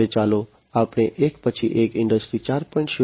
હવે ચાલો આપણે એક પછી એક ઇન્ડસ્ટ્રી 4